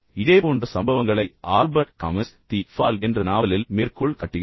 இதேபோன்ற சம்பவங்களை Albert Camus the fall என்ற நாவலில் மேற்கோள் காட்டுகிறார்